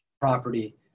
property